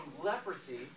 leprosy